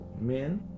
men